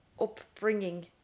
upbringing